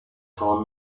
tell